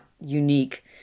unique